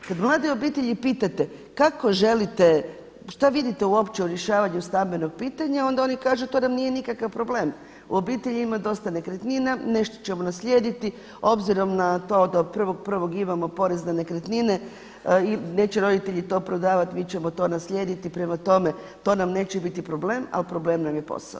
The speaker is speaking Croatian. Kada mlade obitelji pitate kako želite šta vidite uopće u rješavanju stambenog pitanja onda oni kažu to nam nije nikakav problem. u obitelji ima dosta nekretnina nešto ćemo naslijediti, obzirom na to da od 1.1. imamo porez na nekretnine neće roditelji to prodavat, mi ćemo to naslijediti prema tome to nam neće biti problem, ali problem nam je posao.